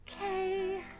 Okay